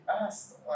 asked